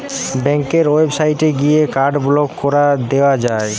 ব্যাংকের ওয়েবসাইটে গিয়ে কার্ড ব্লক কোরে দিয়া যায়